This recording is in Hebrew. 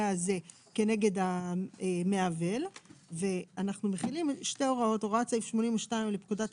הזה כנגד המעוול ואנחנו מחילים שתי הוראות הוראת סעיף 82 לפקודת